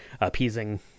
appeasing